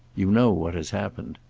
you know what has happened.